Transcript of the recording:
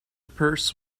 purse